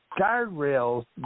guardrails